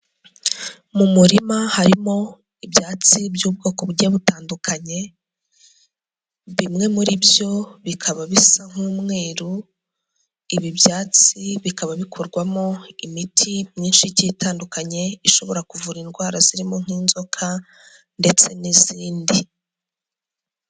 Mu murima harimo ibyatsi by'ubwoko bugiye butandukanye, bimwe muri byo bikaba bisa nk'umweruru, ibindi byatsi bikaba bikorwamo imiti myinshi itandukanye, ishobora kuvura indwara zirimo nk'inzoka ndetse n'izindi.